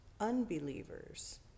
unbelievers